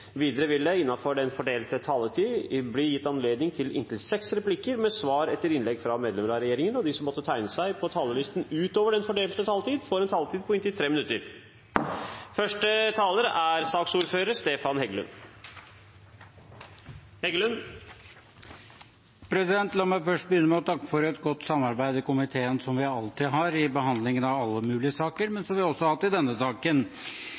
Videre vil det – innenfor den fordelte taletid – bli gitt anledning til inntil seks replikker med svar etter innlegg fra medlemmer av regjeringen, og de som måtte tegne seg på talerlisten utover den fordelte taletid, får også en taletid på inntil 3 minutter. La meg begynne med å takke for et godt samarbeid i komiteen – som vi alltid har i behandlingen av alle mulige saker, og som vi også har hatt i denne saken.